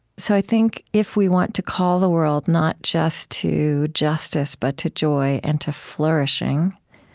so i think, if we want to call the world not just to justice but to joy and to flourishing,